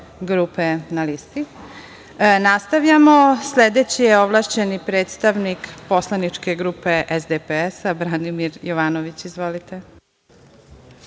grupe na listi. Nastavljamo. Sledeći je ovlašćeni predstavnik Poslaničke grupe SDPS, Branimir Jovanović.